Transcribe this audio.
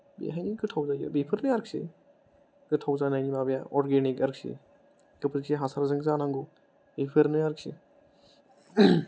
बेहायनो गोथाव जायो बेफोरनो आरोखि गोथाव जानायनि माबाया अर्गेनिक आरोखि गोबोरखि हासारजों जानांगौ बेफोरनो आरोखि